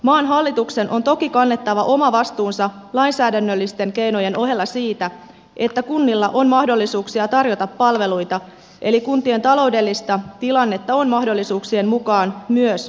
maan hallituksen on toki kannettava oma vastuunsa lainsäädännöllisten keinojen ohella siitä että kunnilla on mahdollisuuksia tarjota palveluita eli kuntien taloudellista tilannetta on mahdollisuuksien mukaan myös tuettava